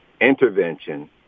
intervention